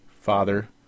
father